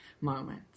moment